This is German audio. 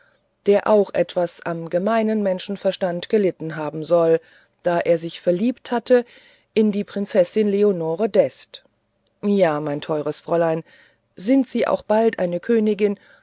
der auch etwas am gemeinen menschenverstande gelitten haben soll da er sich verliebt hatte in die prinzessin leonore d'este ja mein teures fräulein sind sie auch bald eine königin